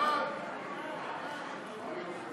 הצעת ועדת הכנסת